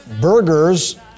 burgers